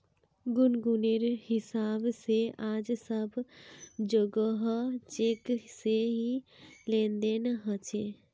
गुनगुनेर हिसाब से आज सब जोगोह चेक से ही लेन देन ह छे